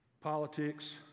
Politics